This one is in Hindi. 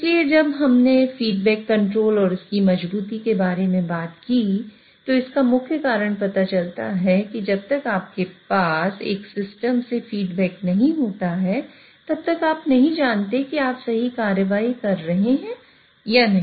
इसलिए जब हमने फीडबैक कंट्रोल और इसकी मजबूती के बारे में बात की तो इसका मुख्य कारण पता चलता है कि जब तक आपके पास एक सिस्टम से फीडबैक नहीं होता तब तक आप नहीं जानते कि आप सही कार्रवाई कर रहे हैं या नहीं